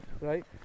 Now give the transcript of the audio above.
right